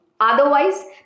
Otherwise